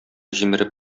җимереп